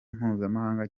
mpuzamahanga